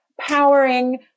powering